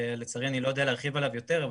לצערי אני לא יודע להרחיב עליו יותר,